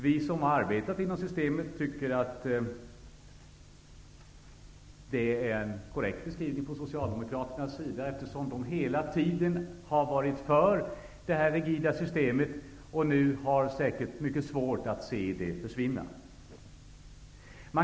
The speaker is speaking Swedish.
Vi som har arbetat inom systemet tycker att det är en korrekt beskrivning från Socialdemokraternas sida, eftersom de hela tiden har varit för det här rigida systemet och nu säkert har mycket svårt att se det försvinna.